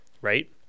Right